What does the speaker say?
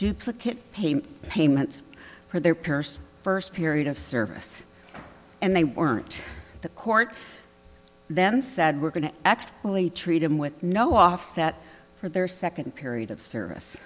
duplicate payment payments for their person first period of service and they weren't the court then said we're going to act only treat him with no offset for their second period of service